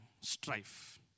strife